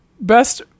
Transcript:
Best